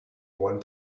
one